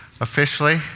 officially